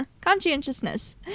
Conscientiousness